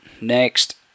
next